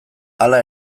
hala